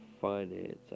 Finance